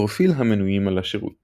פרופיל המנויים על השירות